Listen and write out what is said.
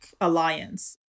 alliance